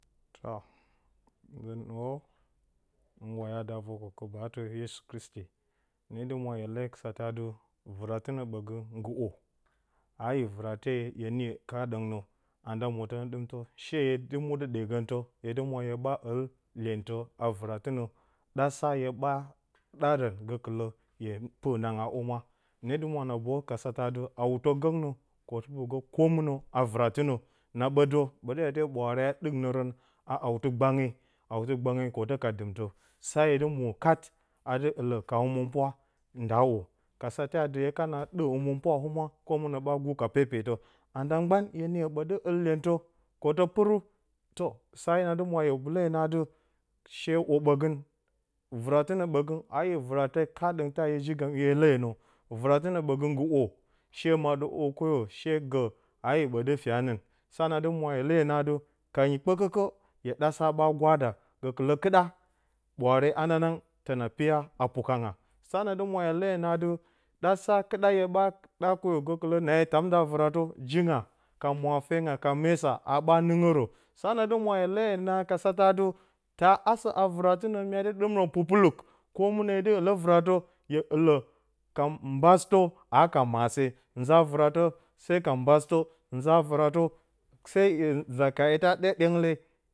Toh nzɨ nuwo hɨn waya da a vər kwakɨ batə yesu kɨristi hɨne dɨ mo ye le sa ta ti vɨ ra tɨ nə ɓəgən gɨ o a yə vɨrate yə niyə kaɗing nə an nda motə nə ɗɨmtə she ye dɨ muɗə ɗegəntə hye dɨ mo hye ɓa ɨl iyentə a vɨratɨnə ɗa sa hye ɓa ɗaran gəkələ hye pɨrnanga a humwa hɨne dɨ mwa na boyu ka sata tɨ awutə gəngnə koh mɨnə a vɨratinə na ɓə də ɓədə bari ɓwaare aa ɗɨk nərən a awotɨ gbange awtɨ gbange kotə ka dɨmtə sa ye dɨ mo kat a dɨ ɨlə ka həmɨnpwa ngga o ka sate dɨ hye kana ɗɨk həmɨn pwa humwa koh ɓa gu ka pepetə an nda mban ye niyə ɓədɨ ba ɨl iyeutə kotə pɨrau toh hye sa yi na dɨmo ye leyə nə a dɨ she o ɓəgən vɨra tɨnə ɓəgə a yə vɨratɨ kaɗəng ta yə jigəm hye leyənə vɨratɨnə ɓəgə nggɨ o she maɗə o koyə she gə a yə ɓədɨgə fyenɨn sa na dɨ mo hye leyə atɨ kanyi kpəkə kə hyə ɗa sa ɓa gwada gəkələ kiplsɗa ɓwaare hananang tə na piya a pukanga sa na dɨ mo ye leyə a nə sata tɨ ɗa sa kɨɗa hye ɓa ɗa gəkələ na yə tamdə a vɨratə jinga ka mwate nga ka mesa ha ɓa nɨ ngɨrə sa na dɨ mwe hye leyə nə a na sa ta tɨ ta asə a vɨra tɨ nə mya dɨ dɨmə pupulɨk koh mɨnə hye dɨ tlə vɨrə ye ɨlə ka mbastə a ka mase nza vɨratə se ka mbastə nza vɨratə se yə nza hye ta ɗa ɗyengle.